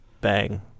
Bang